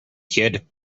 kid